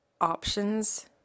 options